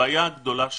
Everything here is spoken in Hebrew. הבעיה הגדולה שלנו,